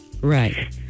Right